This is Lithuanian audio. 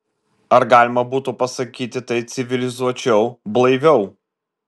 ar galima būtų pasakyti tai civilizuočiau blaiviau